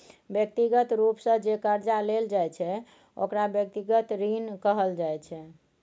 व्यक्तिगत रूप सँ जे करजा लेल जाइ छै ओकरा व्यक्तिगत ऋण कहल जाइ छै